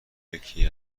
یکی